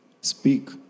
Speak